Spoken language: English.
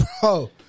Bro